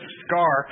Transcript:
scar